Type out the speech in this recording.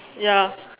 ya